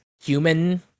human